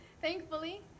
thankfully